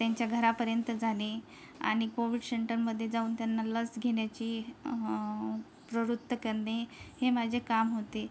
त्यांच्या घरापर्यंत जाणे आणि कोविड सेंटरमध्ये जाऊन त्यांना लस घेण्याची प्रवृत्त करणे हे माझे काम होते